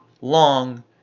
long